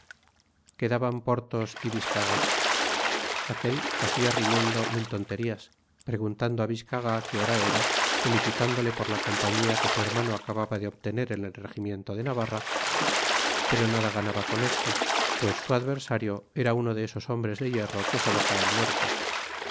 quedaban porthos y biscarat aquel hacia riñendo mil tonterías preguntando á biscarat que hora era felicitándole por la compañía que su hermano acababa de obtener en el regimiento de navarra pero nada ganaba con esto pues su adversario era uno de esos hombres de hierro que solo caen muertos